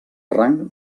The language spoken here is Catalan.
rang